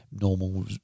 normal